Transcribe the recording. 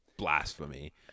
blasphemy